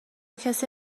کسی